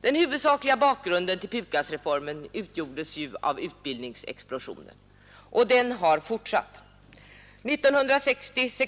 Den huvudsakliga bakgrunden till PUKAS-reformen utgjordes av utbildningsexplosionen, och tillströmningen till universitet och högskolor har fortsatt att öka.